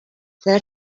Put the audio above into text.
their